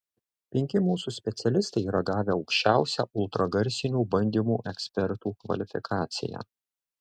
penki mūsų specialistai yra gavę aukščiausią ultragarsinių bandymų ekspertų kvalifikaciją